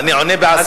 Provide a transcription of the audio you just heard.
אני עונה בעשייה.